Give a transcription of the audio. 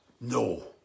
No